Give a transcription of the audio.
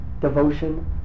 devotion